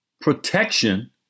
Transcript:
protection